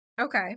Okay